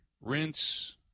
rinse